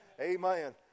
amen